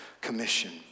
commission